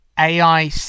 ai